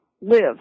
live